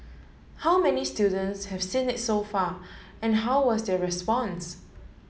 how many students have seen it so far and how was their response